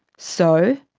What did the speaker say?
so,